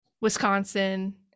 Wisconsin